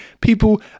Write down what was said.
people